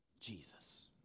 Jesus